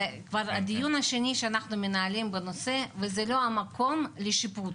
זה כבר הדיון השני שאנחנו מנהלים בנושא וזה לא המקום לשיפוט,